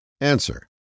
Answer